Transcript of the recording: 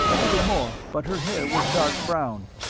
a little more, but her hair was dark brown.